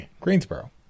Greensboro